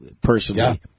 personally